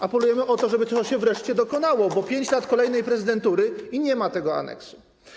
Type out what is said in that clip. Apelujemy o to, żeby to się wreszcie dokonało, bo mija 5 lat kolejnej prezydentury i nie ma tego aneksu.